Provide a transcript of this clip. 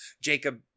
Jacob